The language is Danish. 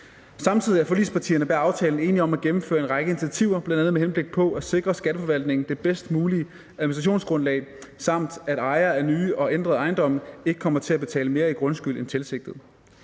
Samtidig er forligspartierne bag aftalen enige om at gennemføre en række initiativer, bl.a. med henblik på at sikre skatteforvaltningen det bedst mulige administrationsgrundlag, samt at ejere af nye og ældre ejendomme ikke kommer til at betale mere i grundskyld end tilsigtet.